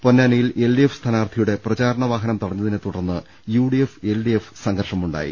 പൊന്നാനിയിൽ L D F സ്ഥാനാർത്ഥിയുടെ പ്രചാരണ വാഹനം തടഞ്ഞതിനെ തുടർന്ന് U D F L D F സംഘർഷമുണ്ടായി